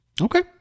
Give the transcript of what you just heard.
Okay